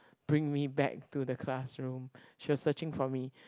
bring me back to the classroom she was searching for me